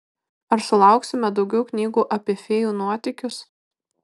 ar sulauksime daugiau knygų apie fėjų nuotykius